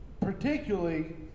particularly